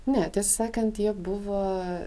ne tiesą sakant jie buvo